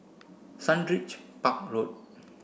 Sundridge Park Road